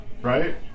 right